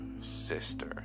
sister